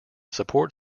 support